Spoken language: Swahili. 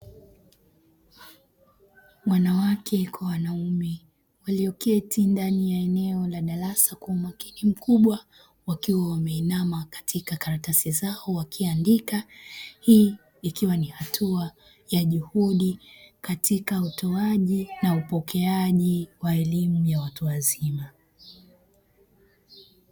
Wanawake kwa wanaume walioketi ndani ya eneo la darasa kwa umakini mkubwa wakiwa wameinama katika karatasi zao wakiandika. Hii ikiwa ni hatua ya juhudi katika utoaji na upokeaji wa elimu ya watu wazima.